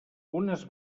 unes